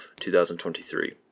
2023